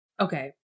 Okay